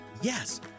yes